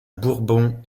bourbon